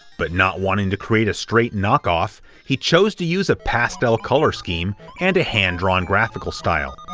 but not wanting to create a straight knock-off, he chose to use a pastel color scheme and a hand-drawn graphical style.